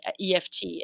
EFT